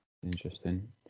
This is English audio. Interesting